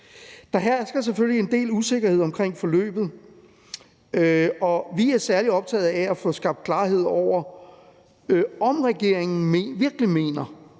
Der hersker selvfølgelig en del usikkerhed omkring forløbet, og vi er særlig optaget af at få skabt klarhed over, om regeringen virkelig mener